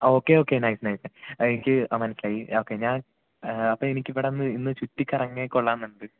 ആ okay okay nice nice എനിക്ക് ആ മനസ്സിലായി ആ ഓക്കെ ഞാൻ അപ്പോൾ എനിക്ക് ഇവിടെ ഇന്ന് ഇന്ന് ചുറ്റിക്കറങ്ങിയാൽ കൊള്ളാമെന്നുണ്ട്